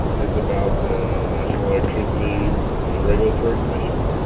is about the national electricity regulatory commission,